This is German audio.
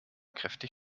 kräftig